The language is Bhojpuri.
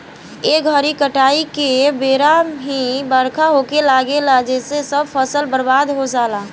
ए घरी काटाई के बेरा ही बरखा होखे लागेला जेसे सब फसल बर्बाद हो जाला